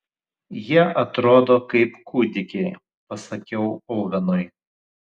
jie atrodo kaip kūdikiai pasakiau ovenui